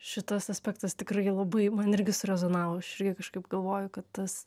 šitas aspektas tikrai labai man irgi surezonavo aš irgi kažkaip galvoju kad tas